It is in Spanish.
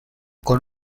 con